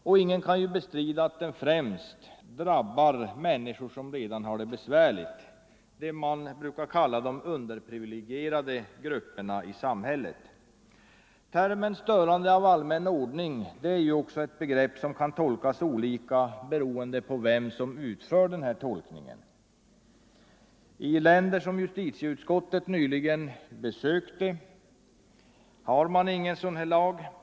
Och ingen kan bestrida att den främst drabbar människor som redan har det besvärligt, de s.k. underprivilegierade grupperna i samhället. Termen störande av allmän ordning är också ett begrepp som kan tolkas olika, beroende på vem som gör tolkningen. I länder som justitieutskottet nyligen har besökt har man inge sådan lag.